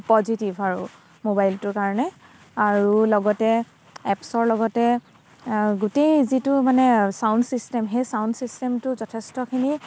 positive আৰু মোবাইলটোৰ কাৰণে আৰু লগতে এপছৰ লগতে গোটেই যিটো মানে ছাউণ্ড ছিষ্টেম সেই ছাউণ্ড ছিষ্টেমটো যথেষ্টখিনি